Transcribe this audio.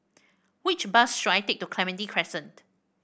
which bus should I take to Clementi Crescent